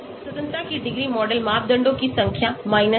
स्वतंत्रता की degree model मापदंडों की संख्या 1